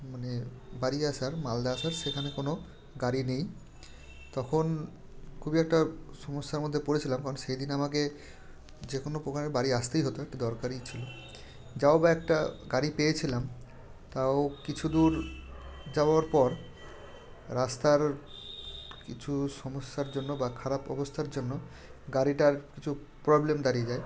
মানে বাড়ি আসার মালদা আসার সেখানে কোনো গাড়ি নেই তখন খুবই একটা সমস্যার মধ্যে পড়েছিলাম কারণ সেদিন আমাকে যে কোনো প্রকারে বাড়ি আসতেই হতো একটি দরকারি ছিলো যাওবা একটা গাড়ি পেয়েছিলাম তাও কিছু দূর যাওয়ার পর রাস্তার কিছু সমস্যার জন্য বা খারাপ অবস্থার জন্য গাড়িটার কিছু প্রবলেম দাঁড়িয়ে যায়